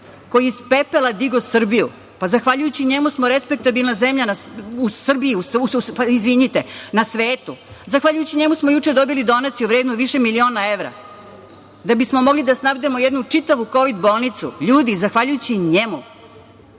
koji je iz pepela digao Srbiju. Zahvaljujući njemu smo respektabilna zemlja na svetu. Zahvaljujući njemu smo juče dobili donaciju vrednu više miliona evra da bismo mogli da snabdemo jednu čitavu Kovid bolnicu. Ljudi, zahvaljujući njemu,